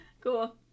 Cool